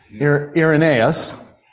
Irenaeus